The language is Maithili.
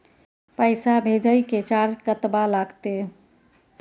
पैसा भेजय के चार्ज कतबा लागते?